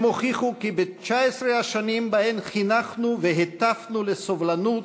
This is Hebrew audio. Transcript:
הם הוכיחו כי ב-19 השנים שבהן חינכנו והטפנו לסובלנות